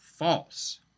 false